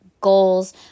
goals